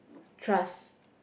trust